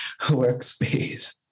workspace